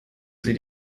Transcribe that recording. sie